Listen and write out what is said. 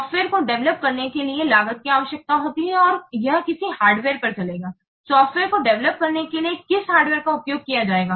सॉफ़्टवेयरको develop करने के लिए लागत की आवश्यकता होती है और यह किस हार्डवेयर पर चलेगा सॉफ़्टवेयर को डेवेलोप करने के लिए किस हार्डवेयर का उपयोग किया जाएगा